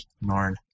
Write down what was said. Norn